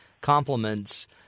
compliments